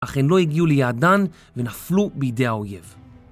אך הם לא הגיעו ליעדם, ונפלו בידי האויב.